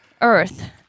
Earth